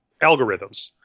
algorithms